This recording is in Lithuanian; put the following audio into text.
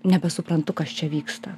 nebesuprantu kas čia vyksta